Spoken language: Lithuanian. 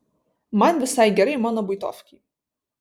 man visai gerai mano buitovkėj